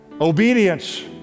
Obedience